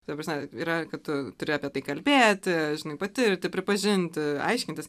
ta prasme yra kad tu turi apie tai kalbėti žinai patirti pripažinti aiškintis